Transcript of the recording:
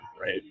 Right